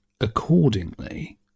accordingly